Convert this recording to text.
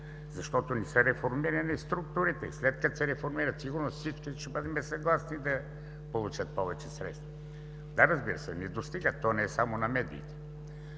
защото не са реформирани структурите, а след като се реформират, сигурно всички ще бъдем съгласни да получат повече средства. Да, разбира се, не достигат, и не само на медиите.